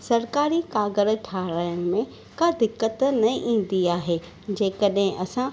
सरकारी काग़रु ठाराइण में का दिक़त न ईंदी आहे जेकॾहिं असां